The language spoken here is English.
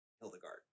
Hildegard